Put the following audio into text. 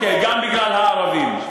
אוקיי, גם בגלל הערבים.